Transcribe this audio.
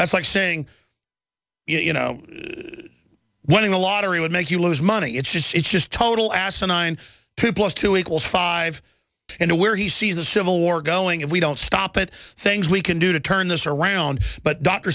that's like saying you know winning the lottery would make you lose money it's just it's just total asinine two plus two equals five and a where he sees the civil war going if we don't stop it things we can do to turn this around but d